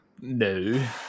No